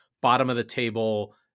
bottom-of-the-table